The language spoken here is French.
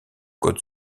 code